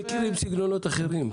אנחנו מכירים סגנונות אחרים.